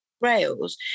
rails